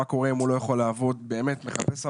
מה קורה אם הוא לא יכול לעבוד, מחפש עבודה,